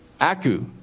Aku